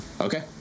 Okay